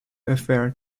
affair